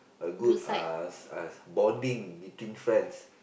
a good uh uh bonding between friends